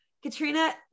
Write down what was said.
Katrina